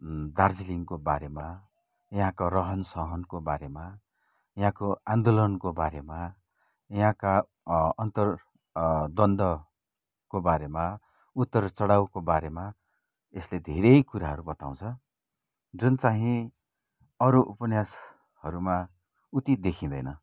दार्जिलिङको बारेमा यहाँको रहनसहनको बारेमा यहाँको आन्दोलनको बारेमा यहाँका अन्तर द्वन्द्वको बारेमा उतारचढाउको बारेमा यस्तै धेरै कुराहरू बताउँछ जुन चाहिँ अरू उपन्यासहरूमा उति देखिँदैन